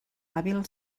hàbil